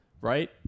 right